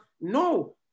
No